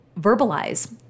verbalize